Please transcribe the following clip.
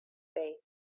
faith